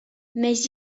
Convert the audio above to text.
mais